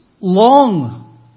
long